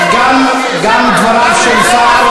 גם דבריו של שר,